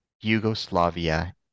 Yugoslavia